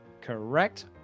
Correct